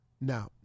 Now